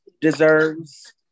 deserves